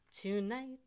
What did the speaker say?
tonight